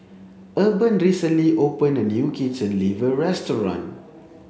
Urban recently opened a new chicken liver restaurant